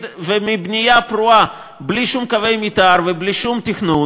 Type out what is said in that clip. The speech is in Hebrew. ומבנייה פרועה בלי שום קווי מתאר ובלי שום תכנון,